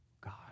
God